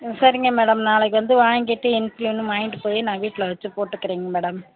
சரிங்க மேடம் நாளைக்கு வந்து வாங்கிட்டு இன்சுலினும் வாங்கிட்டு போய் நான் வீட்டில் வச்சு போட்டுக்குறேங்க மேடம்